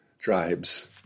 tribes